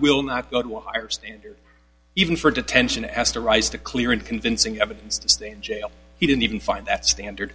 will not go to a higher standard even for detention as to rise to clear and convincing evidence to stay in jail he didn't even find that standard